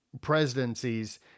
presidencies